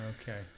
Okay